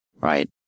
Right